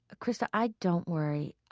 krista, i don't worry,